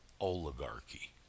oligarchy